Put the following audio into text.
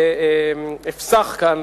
אפסח כאן,